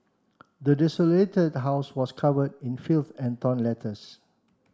the desolated house was covered in filth and torn letters